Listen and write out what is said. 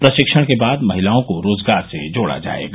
प्रशिक्षण के बाद महिलाओं को रोजगार से जोड़ा जायेगा